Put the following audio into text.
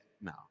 No